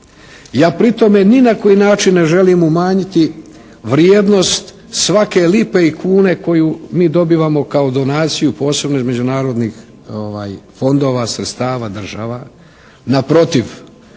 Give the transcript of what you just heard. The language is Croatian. Ja pri tome ni na koji način ne želim umanjiti vrijednost svake lipe i kune koju mi dobivamo kao donaciju posebno iz međunarodnih fondova, sredstava država. Naprotiv,